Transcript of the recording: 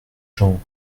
gens